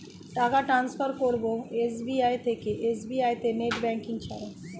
টাকা টান্সফার করব এস.বি.আই থেকে এস.বি.আই তে নেট ব্যাঙ্কিং ছাড়া?